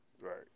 Right